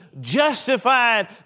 justified